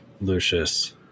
Lucius